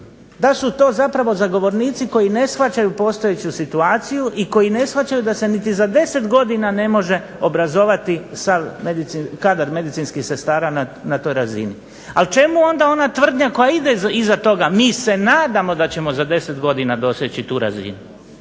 da su to zapravo zagovornici koji ne shvaćaju postojeću situaciju i koji ne shvaćaju da se niti za 10 godina ne može obrazovati kadar medicinskih sestara na toj razini. Ali čemu onda ona tvrdnja koja ide iza toga, mi se nadamo da ćemo za 10 godina doseći tu razinu,